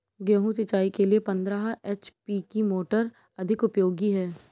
गेहूँ सिंचाई के लिए पंद्रह एच.पी की मोटर अधिक उपयोगी है?